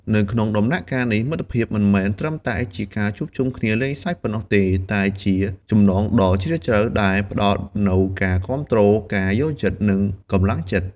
នៅក្នុងដំណាក់កាលនេះ មិត្តភាពមិនមែនត្រឹមតែជាការជួបជុំគ្នាលេងសើចប៉ុណ្ណោះទេ តែជាចំណងដ៏ជ្រាលជ្រៅដែលផ្ដល់នូវការគាំទ្រ ការយល់ចិត្ត និងកម្លាំងចិត្ត។